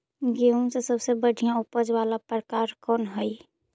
गेंहूम के सबसे बढ़िया उपज वाला प्रकार कौन हई?